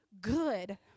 good